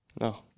No